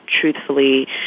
truthfully